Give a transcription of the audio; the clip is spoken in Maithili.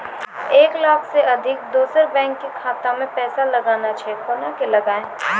एक लाख से अधिक दोसर बैंक के खाता मे पैसा लगाना छै कोना के लगाए?